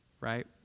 right